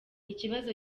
ikibazo